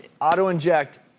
auto-inject